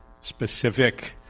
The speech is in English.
specific